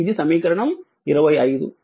ఇది సమీకరణం 25